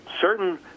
certain